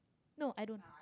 no i don't